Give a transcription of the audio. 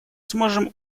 сможем